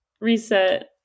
Reset